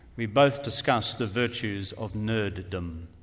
we've both discussed the virtues of nerd-dom.